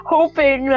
Hoping